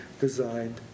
designed